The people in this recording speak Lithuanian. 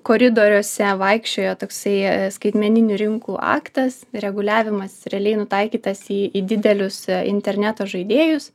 koridoriuose vaikščiojo toksai skaitmeninių rinkų aktas reguliavimas realiai nutaikytas į į didelius interneto žaidėjus